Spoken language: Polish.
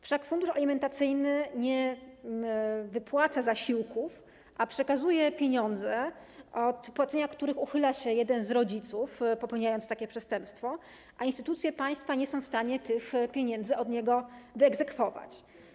Wszak fundusz alimentacyjny nie wypłaca zasiłków, a przekazuje pieniądze, od których płacenia uchyla się jeden z rodziców, popełniając przestępstwo, a instytucje państwa nie są w stanie tych pieniędzy od niego wyegzekwować.